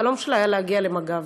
החלום שלה היה להגיע למג"ב.